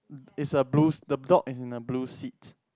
it's a blue s~ the dog is in the blue seat